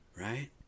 right